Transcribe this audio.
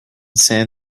san